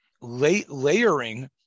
layering